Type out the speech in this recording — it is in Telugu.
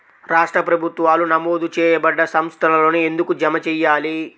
రాష్ట్ర ప్రభుత్వాలు నమోదు చేయబడ్డ సంస్థలలోనే ఎందుకు జమ చెయ్యాలి?